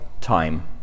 time